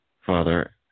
Father